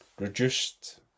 reduced